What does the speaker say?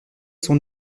son